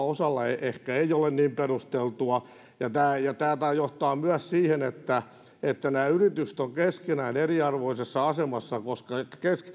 osalla ehkä ei ole niin perusteltua tämä johtaa myös siihen että että nämä yritykset ovat keskenään eriarvoisessa asemassa koska